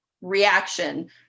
reaction